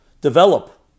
develop